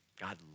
God